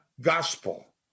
gospel